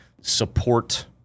Support